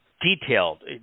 detailed